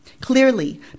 Clearly